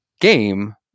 game